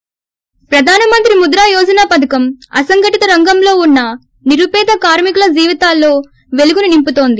ి ప్రధాన మంత్రి ముద్రా యోజన అసంఘటిత రంగంలో వున్న నిరుపీద కార్మికుల జీవితాల్లో పెలుగును నింపుతోంది